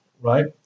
right